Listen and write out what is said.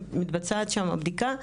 שמתבצעת שם הבדיקה,